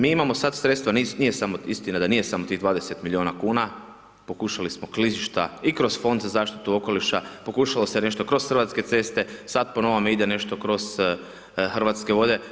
Mi imamo sad sredstva, nije samo istina, nije samo tih 20 milijuna kuna, pokušali smo klizišta i kroz Fond za zaštitu okoliša, pokušalo se nešto kroz Hrvatske ceste, sad po novome ide nešto kroz Hrvatske vode.